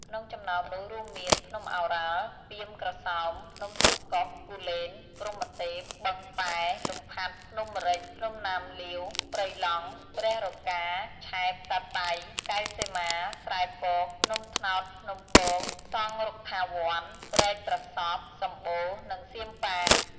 ក្នុងចំណោមនោះរួមមាន ភ្នំឱរ៉ាល់ ពាមក្រសោប ភ្នំសំកុស គូលែន-ព្រហ្មទេព បឹងពែរ លំផាត់ ភ្នំព្រេច ភ្នំណាមលៀវ ព្រៃឡង់ ព្រះរកា ឆែប តាតៃ កែវសីមា ស្រែពក ភ្នំត្នោតភ្នំពក សង្ឃរុក្ខាវ័ន ព្រែកប្រសព្វ សំបូរ និងសៀមប៉ាង។